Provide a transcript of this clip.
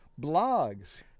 blogs